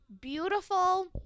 beautiful